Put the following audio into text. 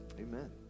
Amen